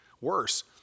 worse